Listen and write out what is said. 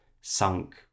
sunk